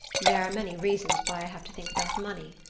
there are many reasons why i have to think about money.